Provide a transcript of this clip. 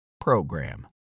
program